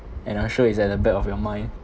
and I'm sure it's at the back of your mind